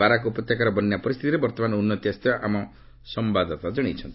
Barack ଉପତ୍ୟକାର ବନ୍ୟା ପରିସ୍ଥିତିରେ ବର୍ତ୍ତମାନ ଉନ୍ତି ଆସିଥିବା ଆମ ସମ୍ଭାଦଦାତା ଜଣାଇଛନ୍ତି